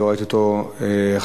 (תיקון).